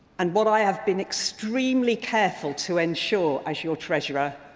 and what i have been extremely careful to ensure, as your treasurer,